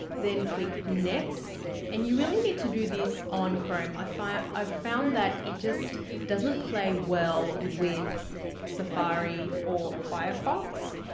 then click next and you really need to do this on chrome, i found i found that it just doesn't play well with safari or firefox.